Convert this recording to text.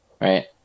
right